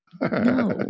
No